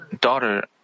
daughter